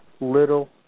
little